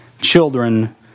children